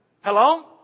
Hello